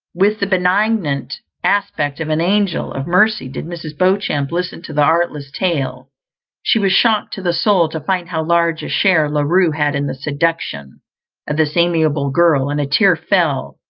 with the benignant aspect of an angel of mercy did mrs. beauchamp listen to the artless tale she was shocked to the soul to find how large a share la rue had in the seduction of this amiable girl, and a tear fell,